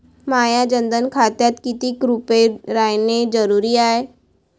माह्या जनधन खात्यात कितीक रूपे रायने जरुरी हाय?